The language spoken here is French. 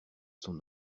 son